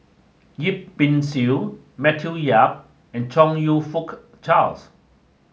Yip Pin Xiu Matthew Yap and Chong You Fook Charles